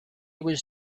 was